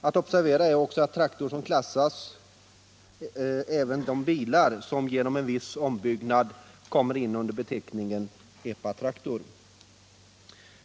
Att observera är också att som traktor klassas även de bilar som genom viss ombyggnad kommer in under beteckningen ”epatraktor.”